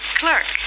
clerk